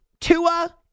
Tua